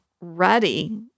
ready